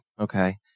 Okay